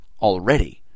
already